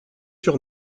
sur